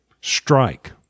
strike